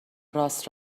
راست